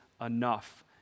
enough